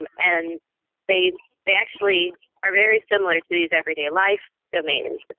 and they they actually are very similar to these everyday life domains. but